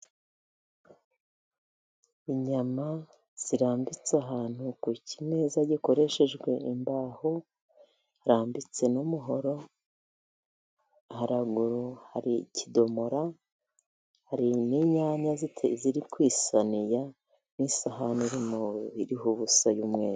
Inyama zirambitse ahantu ku kimeza gikoreshejwe imbaho, harambitse n'umuhoro haruguru hari ikidomora, hari n'inyanya ziri ku isaniya, n'isahani iriho ubusa y'umweru.